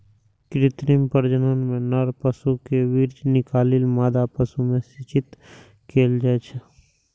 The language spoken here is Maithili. कृत्रिम प्रजनन मे नर पशु केर वीर्य निकालि मादा पशु मे सेचित कैल जाइ छै